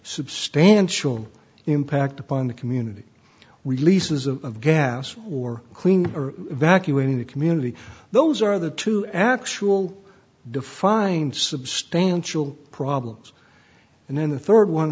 substantial impact upon the community release is a gas or clean or evacuating the community those are the two actual defined substantial problems and then the third one